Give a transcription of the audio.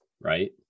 right